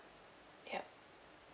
ya